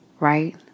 Right